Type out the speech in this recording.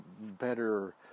better